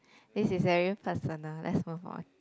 this is very personal let's move on